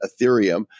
Ethereum